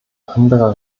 andere